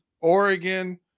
Oregon